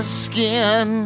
skin